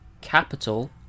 capital